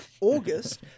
August